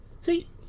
see